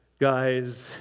Guys